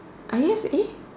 I guess eh